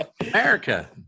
America